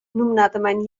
numnadamein